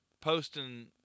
posting